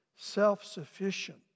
self-sufficient